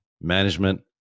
Management